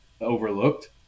overlooked